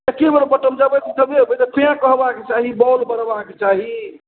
ball बरबाके चाही